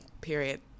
Period